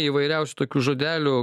įvairiausių tokių žodelių